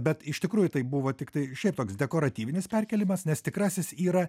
bet iš tikrųjų tai buvo tiktai šiaip koks dekoratyvinis perkėlimas nes tikrasis yra